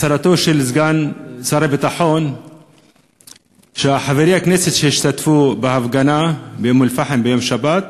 הצהרתו של סגן שר הביטחון שחברי הכנסת שהשתתפו בהפגנה באום-אלפחם בשבת,